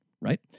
Right